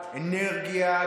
אנרגיה,